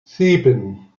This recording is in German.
sieben